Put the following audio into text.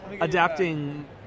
adapting